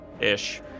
Ish